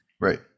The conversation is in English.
Right